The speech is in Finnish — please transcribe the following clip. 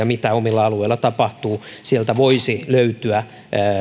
mitä omilla alueilla tapahtuu sieltä voisi löytyä